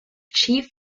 chief